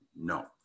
no